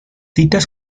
citas